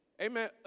Amen